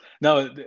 No